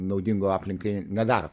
naudingo aplinkai nedaro